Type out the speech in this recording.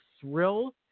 thrill